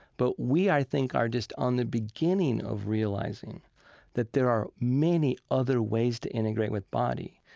but we, i think, are just on the beginning of realizing that there are many other ways to integrate with body.